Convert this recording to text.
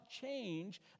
change